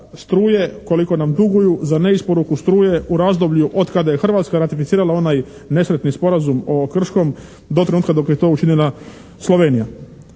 struje koliko nam duguju za neisporuku struju u razdoblju od kada je Hrvatska ratificirala onaj nesretni sporazum o Krškom do trenutka dok je to učinila Slovenija.